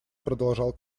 продолжал